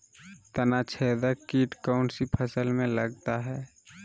तनाछेदक किट कौन सी फसल में लगता है?